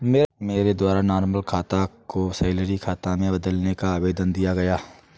मेरे द्वारा नॉर्मल खाता को सैलरी खाता में बदलने का आवेदन दिया गया